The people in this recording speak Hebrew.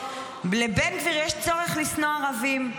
לבן גביר יש צורך לשנוא ערבים.